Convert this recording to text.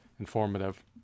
informative